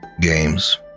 games